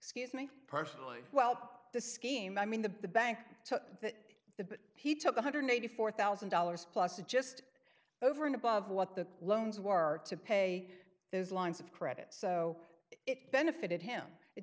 excuse me personally well the scheme i mean the bank took the but he took one hundred eighty four thousand dollars plus a just over and above what the loans were to pay those lines of credit so it benefited him it